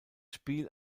spiel